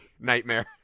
Nightmare